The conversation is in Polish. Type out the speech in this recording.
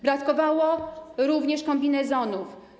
Brakowało również kombinezonów.